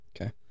Okay